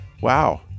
Wow